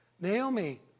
Naomi